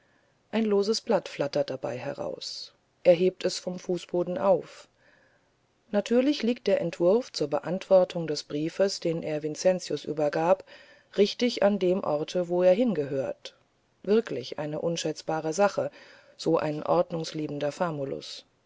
ein loses blatt flattert dabei heraus er hebt es vom fußboden auf natürlich liegt der entwurf zur beantwortung des briefes den er vincentius übergab richtig an dem orte wo er hingehört wirklich eine unschätzbare sache ein so ordnungsliebender